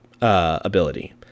ability